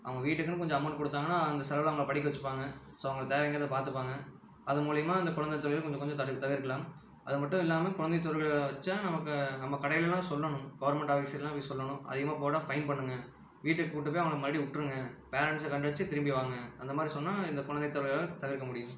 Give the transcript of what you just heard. அவங்க வீட்டுக்குனு கொஞ்சம் அமௌண்ட் கொடுத்தாங்கனா அந்த செலவில் அவங்கள படிக்க வெச்சுப்பாங்க ஸோ அவங்களுக்கு தேவைங்கிறதை பார்த்துப்பாங்க அது மூலிமா அந்த குழந்தை தொழிலை கொஞ்சம் கொஞ்சம் தடு தவிர்க்கலாம் அது மட்டும் இல்லாமல் குழந்தை தொழிலை வைச்சா நமக்கு நம்ம கடையிலெலாம் சொல்லணும் கவர்மெண்ட் ஆஃபிஸ் கிட்டேலாம் போய் சொல்லணும் அதிகமாக போட்டால் ஃபைன் பண்ணுங்கள் வீட்டுக்கு கூட்டு போய் அவங்கள மறுபடியும் விட்ருங்க பேரண்ட்ஸை கண்டித்து திரும்பி வாங்க அந்த மாதிரி சொன்னால் இந்த குழந்தை தொழிலாளரை தவிர்க்க முடியும்